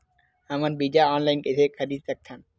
हमन बीजा ऑनलाइन कइसे खरीद सकथन?